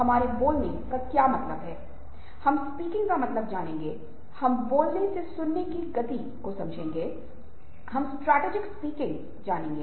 भारतीय संदर्भ में इसके इतिहास में सहानुभूति ने बहुत अलग भूमिका निभाई है और हम इस बारे में कुछ बात करेंगे क्योंकि हम इस विशेष वार्ता के साथ आगे बढ़ रहे हैं